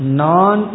non